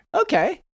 Okay